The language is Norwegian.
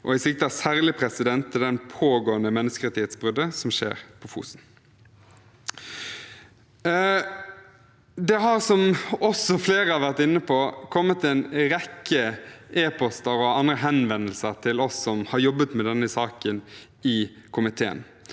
Jeg sikter særlig til det pågående menneskerettighetsbruddet som skjer på Fosen. Det har, som også flere har vært inne på, kommet en rekke e-poster og andre henvendelser til oss som har jobbet med denne saken i komiteen.